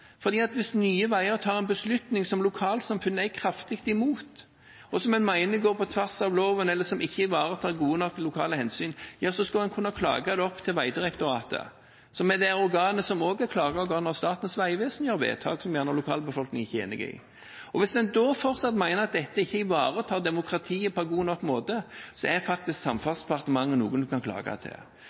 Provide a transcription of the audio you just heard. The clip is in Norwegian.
fordi hvis Nye Veier tar en beslutning som lokalsamfunnet er kraftig imot, og som en mener går på tvers av loven eller ikke ivaretar gode nok lokale hensyn, ja, så skal en kunne klage det opp til Veidirektoratet, som er det organet som også er klageorgan når Statens vegvesen gjør vedtak som lokalbefolkningen ikke er enig i. Hvis en da fortsatt mener dette ikke ivaretar demokratiet på en god nok måte, er faktisk Samferdselsdepartementet noe en kan klage til.